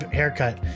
haircut